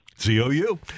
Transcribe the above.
Z-O-U